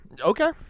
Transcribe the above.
Okay